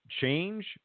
change